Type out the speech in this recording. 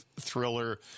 thriller